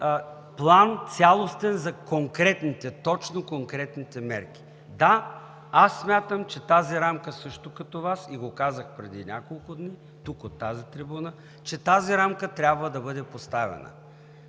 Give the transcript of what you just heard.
няма цялостен план за точно конкретните мерки. Да, аз смятам също като Вас и го казах преди няколко дни тук, от тази трибуна, че тази рамка трябва да бъде поставена